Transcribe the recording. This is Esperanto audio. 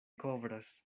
kovras